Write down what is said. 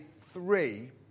three